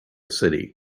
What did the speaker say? city